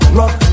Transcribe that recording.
rock